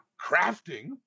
crafting